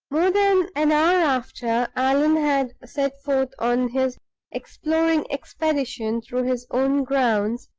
more than an hour after allan had set forth on his exploring expedition through his own grounds,